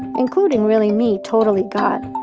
including, really, me, totally got,